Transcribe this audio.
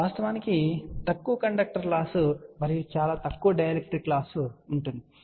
వాస్తవానికి తక్కువ conductor loss మరియు చాలా తక్కువ డై ఎలక్ట్రిక్ లాస్ ఉంటుంది